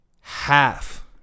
half